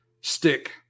stick